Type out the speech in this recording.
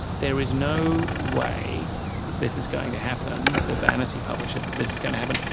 there is no way that this is going to happen, the vanity publisher, that this is going to happen,